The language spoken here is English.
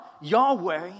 Yahweh